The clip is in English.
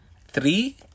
three